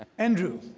andrew,